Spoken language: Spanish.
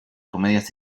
comedias